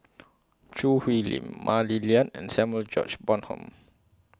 Choo Hwee Lim Mah Li Lian and Samuel George Bonham